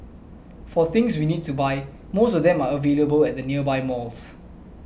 for things we need to buy most of them are available at the nearby malls